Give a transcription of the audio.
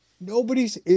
Nobody's